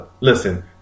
Listen